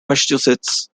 massachusetts